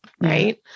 right